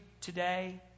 today